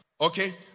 Okay